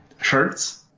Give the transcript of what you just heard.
shirts